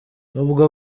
nubwo